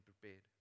prepared